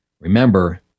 Remember